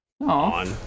on